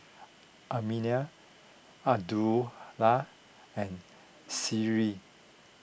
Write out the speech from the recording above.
Aminah Abdullah and Seri